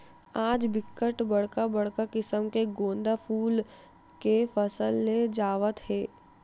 आज बिकट बड़का बड़का किसम के गोंदा फूल के फसल ले जावत हे